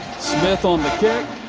smith on the kick.